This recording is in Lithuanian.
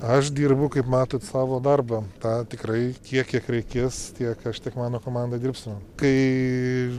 aš dirbu kaip matot savo darbą tą tikrai kiek kiek reikės tiek aš tiek mano komanda dirbsim kai